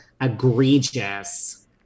egregious